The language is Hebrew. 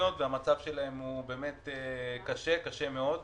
פניות והמצב שלהם באמת קשה, קשה מאוד.